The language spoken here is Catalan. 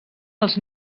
els